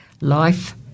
Life